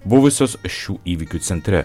buvusios šių įvykių centre